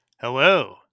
Hello